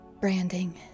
branding